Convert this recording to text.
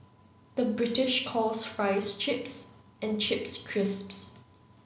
the British calls fries chips and chips crisps